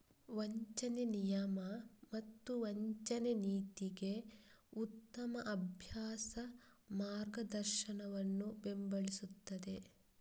ವಂಚನೆ ನಿಯಮ ಮತ್ತು ವಂಚನೆ ನೀತಿಗೆ ಉತ್ತಮ ಅಭ್ಯಾಸ ಮಾರ್ಗದರ್ಶನವನ್ನು ಬೆಂಬಲಿಸುತ್ತದೆ